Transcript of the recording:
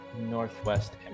Northwest